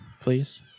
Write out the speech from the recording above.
please